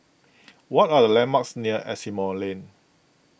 what are the landmarks near Asimont Lane